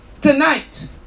tonight